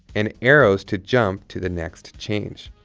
and arrows to jump to the next change.